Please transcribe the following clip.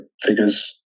figures